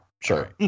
sure